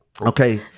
okay